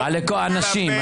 האנשים.